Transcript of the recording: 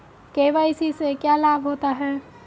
KYC से क्या लाभ होता है?